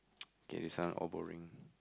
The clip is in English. okay this one all boring